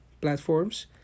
platforms